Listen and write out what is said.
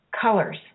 colors